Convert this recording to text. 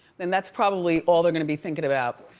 then that's probably all they're gonna be thinking about.